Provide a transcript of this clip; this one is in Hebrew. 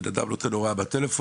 בן אדם נותן הוראה בטלפון,